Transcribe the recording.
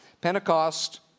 Pentecost